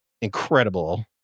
incredible